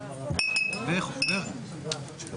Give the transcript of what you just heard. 14:05.